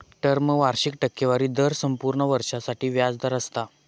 term वार्षिक टक्केवारी दर संपूर्ण वर्षासाठी व्याज दर असता